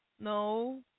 No